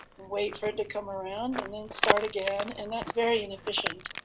wait for it to come around, and then start again. and that's very inefficient,